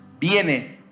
viene